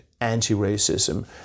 anti-racism